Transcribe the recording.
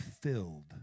filled